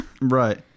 Right